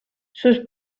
sus